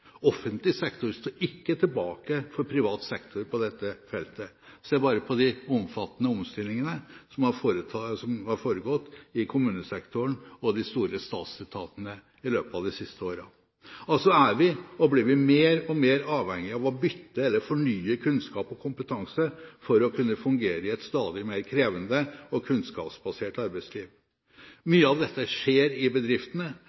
Offentlig sektor står ikke tilbake for privat sektor på dette feltet. Se bare på de omfattende omstillingene som har foregått i kommunesektoren og i de store statsetatene i løpet av de siste årene! Så er vi – og blir vi – mer og mer avhengig av å bytte eller fornye kunnskap og kompetanse for å kunne fungere i et stadig mer krevende og kunnskapsbasert arbeidsliv. Mye av dette skjer i bedriftene,